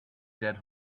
dead